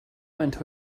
into